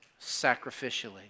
sacrificially